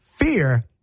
Fear